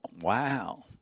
Wow